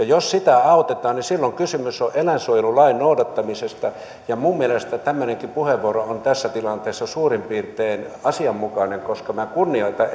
jos sitä autetaan silloin kysymys on eläinsuojelulain noudattamisesta minun mielestäni tämmöinenkin puheenvuoro on tässä tilanteessa suurin piirtein asianmukainen koska kunnioitan